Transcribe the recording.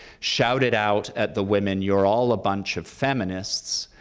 shouted out at the women, you're all a bunch of feminists,